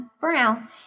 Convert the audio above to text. Brown